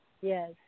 Yes